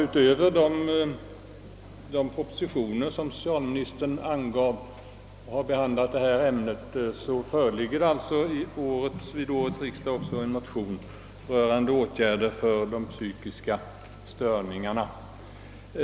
Utöver de propositioner, som socialministern angav och som har behandlat detta ämne, föreligger alltså vid årets riksdag en motion rörande åtgärder mot de psykiska störningarna.